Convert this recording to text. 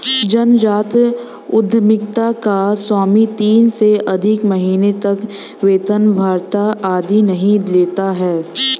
नवजात उधमिता का स्वामी तीन से अधिक महीने तक वेतन भत्ता आदि नहीं लेता है